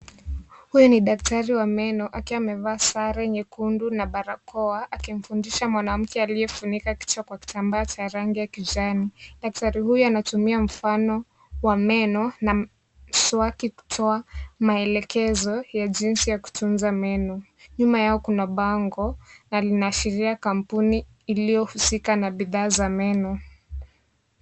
Huyu ni daktari wa meno akiwa amevaa sare nyekundu na barakoa akimfundisha mwanamke aliyefunga kichwa kwa kitambaa cha rangi ya kijani. Daktari huyu anatumia mfano wa meno na mswaki kutoa maelekezo ya jinsi ya kutunza meno. Nyuma yao kuna bango na linaasiria kampuni iliyohusika na bidhaa za meno.